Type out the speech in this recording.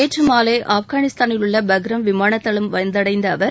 நேற்று மாலை ஆப்கானிஸ்தானில் உள்ள பக்ரம் விமானத்தளம் வந்தடைந்த அவர்